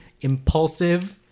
impulsive